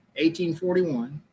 1841